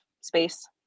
space